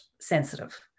sensitive